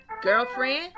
girlfriend